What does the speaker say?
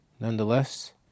nonetheless